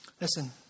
Listen